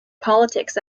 politics